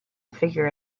figure